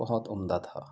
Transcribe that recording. بہت عمدہ تھا